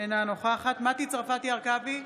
אינה נוכחת מטי צרפתי הרכבי,